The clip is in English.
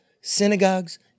synagogues